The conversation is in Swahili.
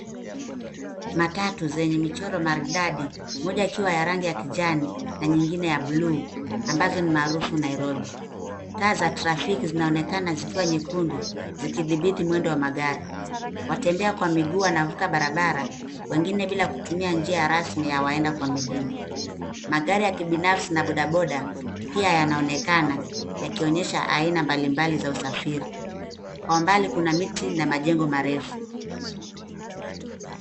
Matatu zenye michoro maridadi, moja ikiwa ya rangi ya kijani na nyingine ya buluu, ambazo ni maarufu Nairobi. Taa za trafiki zinaonekana zikiwa nyekundu zikidhibiti mwendo wa magari. Watembea kwa miguu wanavuka barabara, wengine bila kutumia njia rasmi ya waenda kwa miguu. Magari ya kibinafsi na bodaboda pia yanaonekana, yakionyesha aina mbalimbali za usafiri. Kwa mbali kuna miti na majengo marefu.